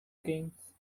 games